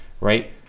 right